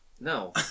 No